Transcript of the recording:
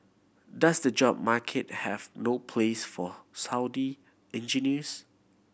does the job market have no place for Saudi engineers